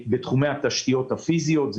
בתחומי התשתיות הפיזיות,